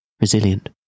resilient